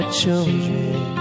children